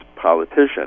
politician